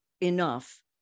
enough